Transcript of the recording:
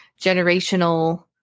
generational